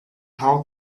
how